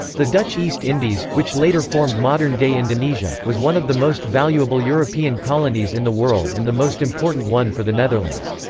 the dutch east indies, which later formed modern-day indonesia, was one of the most valuable european colonies in the world and the most important one for the netherlands.